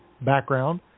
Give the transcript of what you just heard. background